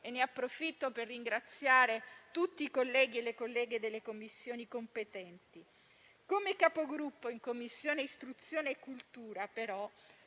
(ne approfitto per ringraziare tutti i colleghi e le colleghe delle Commissioni competenti). Come Capogruppo in Commissione istruzione e cultura, però,